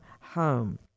home